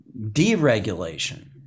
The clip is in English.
deregulation